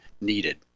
needed